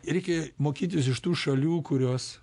reikia mokintis iš tų šalių kurios